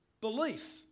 belief